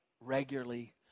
regularly